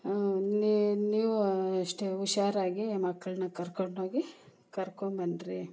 ನಿ ನೀವು ಅಷ್ಟೇ ಹುಷಾರಾಗಿ ಮಕ್ಕಳನ್ನ ಕರ್ಕೊಂಡು ಹೋಗಿ ಕರ್ಕೊಂಡ್ಬನ್ರಿ